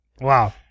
Wow